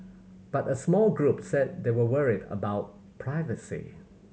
but a small group said they were worried about privacy